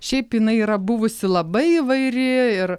šiaip jinai yra buvusi labai įvairi ir